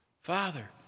Father